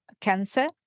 cancer